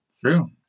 True